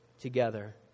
together